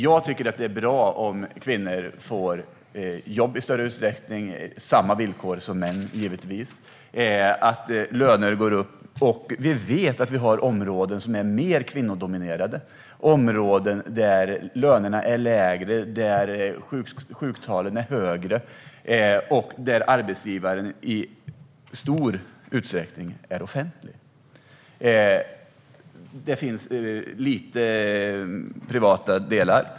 Jag tycker att det är bra om kvinnor får jobb i större utsträckning, givetvis med samma villkor som män, och att lönerna går upp. Vi vet att det finns områden som är mer kvinnodominerade. Det är områden där lönerna är lägre, sjuktalen är högre och arbetsgivaren i stor utsträckning är offentlig. Det finns några privata delar.